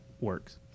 works